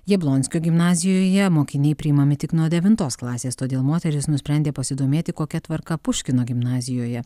jablonskio gimnazijoje mokiniai priimami tik nuo devintos klasės todėl moteris nusprendė pasidomėti kokia tvarka puškino gimnazijoje